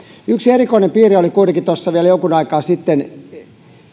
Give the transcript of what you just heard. yksi erikoinen piirre oli kuitenkin vielä jonkun aikaa sitten